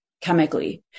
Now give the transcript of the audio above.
chemically